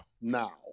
now